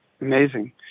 Amazing